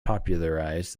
popularized